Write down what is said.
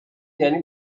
یعنی